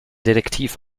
detektiv